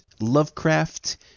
Lovecraft